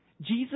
Jesus